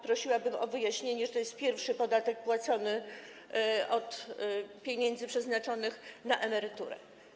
Prosiłabym o wyjaśnienie, że jest to pierwszy podatek płacony od pieniędzy przeznaczonych na emeryturę.